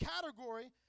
category